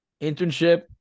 Internship